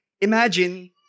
Imagine